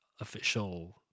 Official